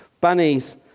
Bunnies